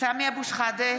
סמי אבו שחאדה,